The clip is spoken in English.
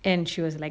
and she was like